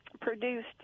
produced